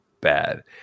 bad